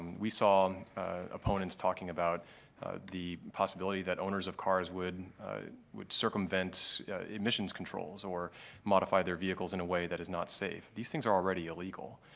we saw opponents talking about the possibility that owners of cars would would circumvent emissions controls or modify their vehicles in a way that is not safe. these things are already illegal.